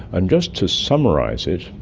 and just to summarise it,